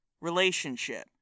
relationship